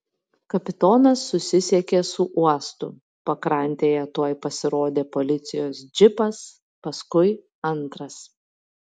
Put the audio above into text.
kapitonas susisiekė su uostu pakrantėje tuoj pasirodė policijos džipas paskui antras